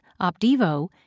Opdivo